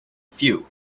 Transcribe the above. few